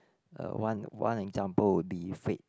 uh one one example would be Fate